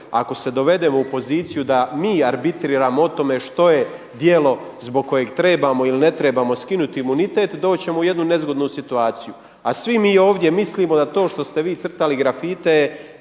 ako se dovedemo u poziciju da mi arbitriramo o tome što je djelo zbog kojeg trebamo ili ne trebamo skinuti imunitet doći ćemo u jednu nezgodnu situaciju. A svi mi ovdje mislimo da to što ste vi crtali grafite